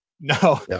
No